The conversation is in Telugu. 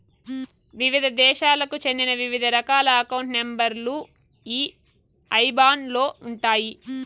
వివిధ దేశాలకు చెందిన వివిధ రకాల అకౌంట్ నెంబర్ లు ఈ ఐబాన్ లో ఉంటాయి